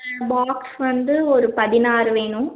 box வந்து ஒரு பதினாறு வேணும்